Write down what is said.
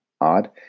odd